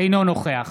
אינו נוכח